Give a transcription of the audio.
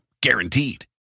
Guaranteed